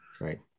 right